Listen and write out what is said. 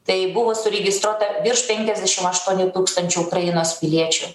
tai buvo suregistruota virš penkiasdešim aštuoni tūkstančių ukrainos piliečių